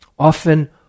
Often